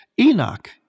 Enoch